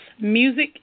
music